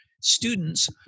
students